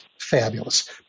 fabulous